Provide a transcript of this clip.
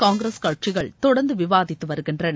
காங்கிரஸ் கட்சிகள் தொடர்ந்து விவாதித்து வருகின்றன